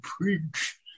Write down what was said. preach